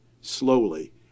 slowly